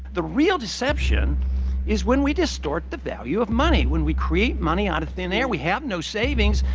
the real deception is when we distort the value of money. when we create money out of thin air, we have no savings.